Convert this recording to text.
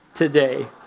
today